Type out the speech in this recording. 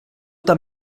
tam